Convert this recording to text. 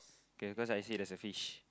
k cause I see there's a fish